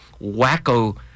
wacko